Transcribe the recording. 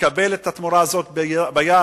יקבל את התמורה הזאת ביד,